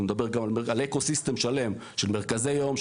הוא מדבר גם אל אקו סיסטם שלם של מרכזי יום,